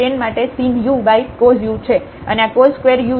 તેથી અહીં tan માટે sin ucos u છે અને આ cos2u છે